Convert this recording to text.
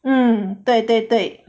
mm 对对对